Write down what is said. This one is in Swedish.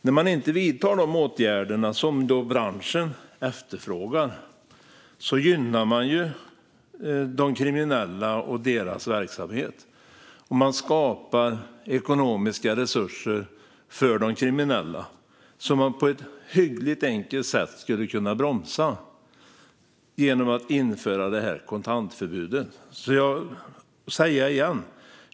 När man inte vidtar de åtgärder som branschen efterfrågar gynnar man de kriminella och deras verksamhet. Man skapar ekonomiska resurser för de kriminella, som man på ett hyggligt enkelt sätt skulle kunna bromsa genom att införa kontantförbudet.